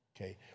okay